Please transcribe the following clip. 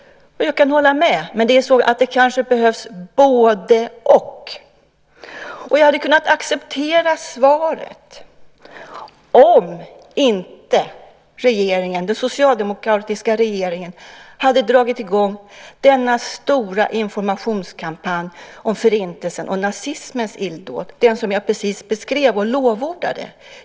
Jag kan hålla med, men det kanske behövs både-och. Jag hade kunnat acceptera svaret om inte den socialdemokratiska regeringen hade dragit i gång den stora informationskampanj om Förintelsen och nazismens illdåd som jag precis beskrev och lovordade.